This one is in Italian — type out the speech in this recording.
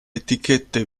etichette